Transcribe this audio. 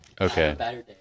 Okay